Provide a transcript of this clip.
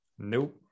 Nope